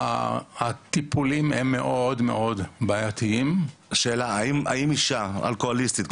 הטיפולים הם מאוד מאוד בעייתיים --- האם אישה אלכוהוליסטית,